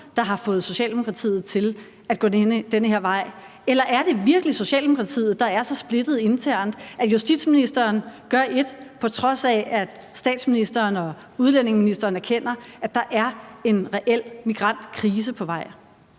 der har fået Socialdemokratiet til at gå den her vej? Eller er det virkelig Socialdemokratiet, der er så splittet internt, at justitsministeren gør ét, på trods af at statsministeren og udlændingeministeren erkender, at der er en reel migrantkrise på vej?